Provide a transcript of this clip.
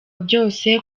byose